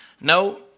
no